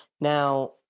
Now